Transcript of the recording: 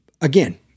again